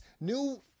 new